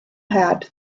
had